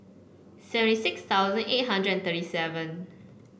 seventy six thousand eight hundred and thirty seven